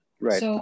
right